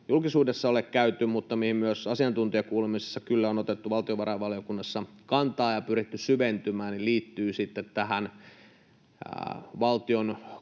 julkisuudessa ole käyty, mutta mihin myös asiantuntijakuulemisessa on kyllä otettu valtiovarainvaliokunnassa kantaa ja pyritty syventymään, ja se liittyy sitten tähän valtion